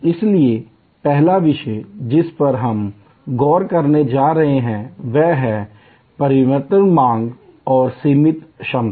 इसलिए पहला विषय जिस पर हम गौर करने जा रहे हैं वह है परिवर्तनीय मांग और सिमित क्षमता